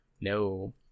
no